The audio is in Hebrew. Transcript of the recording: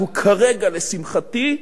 אנחנו כרגע, לשמחתי,